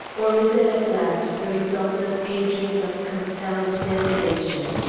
or is it, at last, the result of ages of compelled degradation?